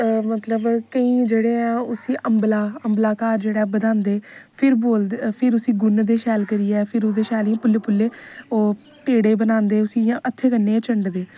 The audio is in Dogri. है मतलब केईं जेहडे़ ऐ उसी अंबल घर जेहड़ा बनांदें फिर बोलदे फिर उसी गु'नदे शैल करिये फिर ओह्दे शैल पुल्ले पुलले ओह् पेडे़ बनांदे उसी इयां हत्थें कन्ने गै चंडदे